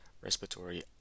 respiratory